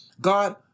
God